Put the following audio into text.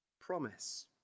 promise